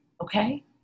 Okay